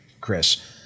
Chris